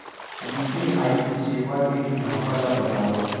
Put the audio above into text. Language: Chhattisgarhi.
यू.पी.आई सेवा के मुनाफा ल बतावव?